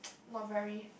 not very